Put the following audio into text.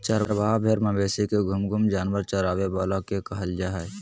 चरवाहा भेड़ मवेशी के घूम घूम जानवर चराबे वाला के कहल जा हइ